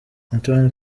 antonio